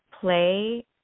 play